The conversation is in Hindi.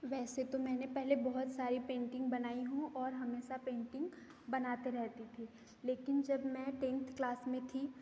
वैसे तो मैंने पहले बहुत सारी पेंटिंग बनाई हूँ और हमेशा पेंटिंग बनाते रहती थी लेकिन जब मैं टेंथ क्लास में थी